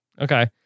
Okay